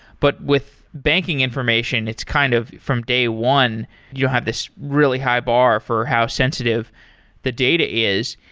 but with banking information, it's kind of from day one you have this really high bar for how sensitive the data is.